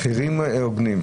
ומחירים הוגנים.